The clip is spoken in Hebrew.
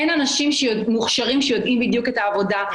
אין אנשים מוכשרים שיודעים בדיוק את העבודה,